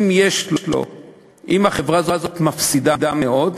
אם החברה הזאת מפסידה מאוד,